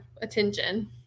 attention